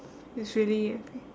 it's really